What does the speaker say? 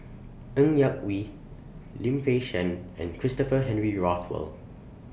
Ng Yak Whee Lim Fei Shen and Christopher Henry Rothwell